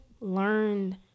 learned